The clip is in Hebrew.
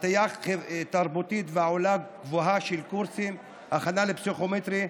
הטיה תרבותית ועלות גבוהה של קורסי הכנה לפסיכומטרי.